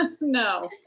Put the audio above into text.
No